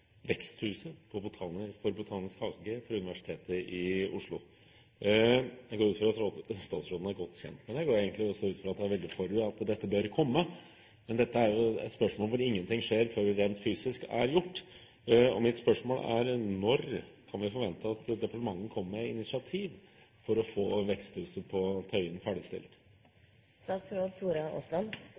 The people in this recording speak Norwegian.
veksthuset i Botanisk hage ved Universitetet i Oslo. Jeg går ut fra at statsråden er godt kjent med det. Jeg går egentlig også ut fra at hun er veldig for at dette bør komme. Dette er jo et spørsmål hvor ingenting skjer før det rent fysisk er gjort. Mitt spørsmål er: Når kan vi forvente at departementet kommer med et initiativ for å få veksthuset på Tøyen